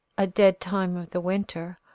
a dead time of the winter,